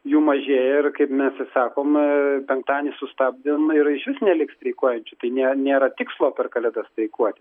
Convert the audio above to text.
jų mažėja ir kaip mes ir sakom penktadienį sustabdėm ir išvis neliks streikuojančių tai nė nėra tikslo per kalėdas streikuoti